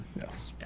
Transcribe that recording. yes